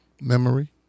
memory